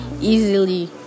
easily